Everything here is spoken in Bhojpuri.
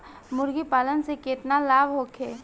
मुर्गीपालन से केतना लाभ होखे?